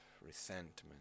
resentment